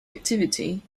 activity